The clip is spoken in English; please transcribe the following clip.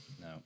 no